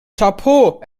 chapeau